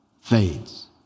fades